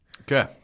Okay